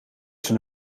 zijn